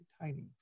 Tiny